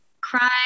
cry